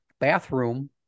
bathroom